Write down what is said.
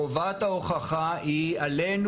חובת ההוכחה היא עלינו.